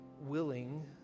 willing